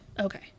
okay